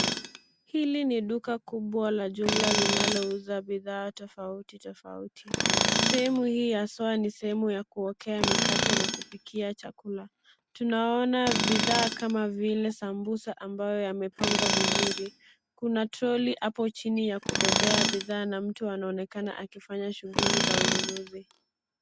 Hili ni duka kubwa la jumla linalouza bidhaa tofauti tofauti. Sehemu hii haswa ni sehemu ya kuokea mikate na kupikia chakula. Tunaona bidhaa kama vile sambusa ambayo yamepangwa vizuri. Kuna troli hapo chini ya kubebea bidhaa na mtu anaonekana akifanya shughuli za ununuzi.